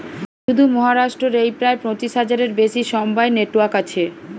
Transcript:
শুধু মহারাষ্ট্র রেই প্রায় পঁচিশ হাজারের বেশি সমবায় নেটওয়ার্ক আছে